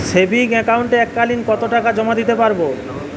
Savings একাউন্টে এক কালিন কতটাকা জমা দিতে পারব?